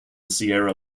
sierra